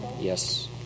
Yes